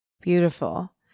Beautiful